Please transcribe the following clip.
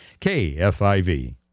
KFIV